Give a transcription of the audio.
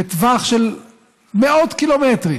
בטווח של מאות קילומטרים